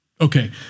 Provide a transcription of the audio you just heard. Okay